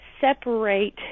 separate